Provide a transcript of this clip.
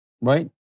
right